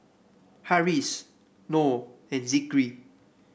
Harris Nor and Zikri